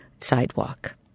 sidewalk